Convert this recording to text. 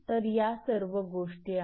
तर या सर्व गोष्टी आहेत